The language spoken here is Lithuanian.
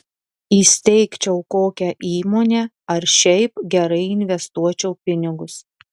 įsteigčiau kokią įmonę ar šiaip gerai investuočiau pinigus